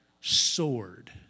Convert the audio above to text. sword